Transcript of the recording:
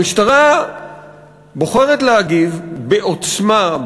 המשטרה בוחרת להגיב בעוצמה,